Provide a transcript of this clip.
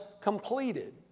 completed